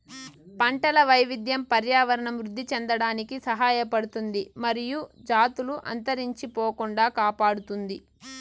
పంటల వైవిధ్యం పర్యావరణం వృద్ధి చెందడానికి సహాయపడుతుంది మరియు జాతులు అంతరించిపోకుండా కాపాడుతుంది